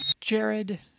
Jared